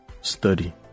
study